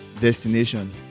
destination